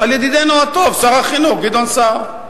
על ידידנו הטוב שר החינוך גדעון סער,